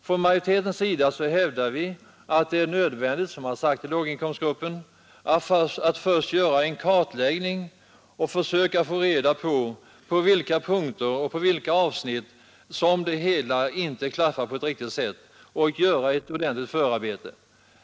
Från majoritetens sida hävdar vi att det är nödvändigt att först göra en kartläggning och försöka få reda på i fråga om vilka punkter och avsnitt det hela inte klaffar på riktigt sätt. Det behövs ett ordentligt förarbete.